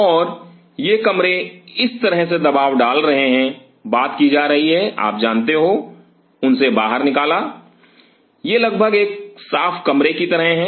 और ये कमरे इस तरह से दबाव डाल रहे हैं बात की जा रही है आप जानते हो उन से बाहर निकाला ये लगभग एक साफ कमरे की तरह हैं